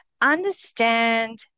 understand